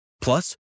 Plus